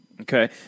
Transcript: Okay